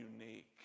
unique